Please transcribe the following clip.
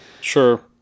Sure